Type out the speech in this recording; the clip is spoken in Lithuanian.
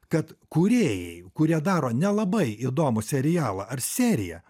kad kūrėjai kurie daro nelabai įdomų serialą ar seriją